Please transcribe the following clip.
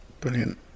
Brilliant